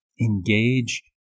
engage